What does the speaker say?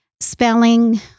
spelling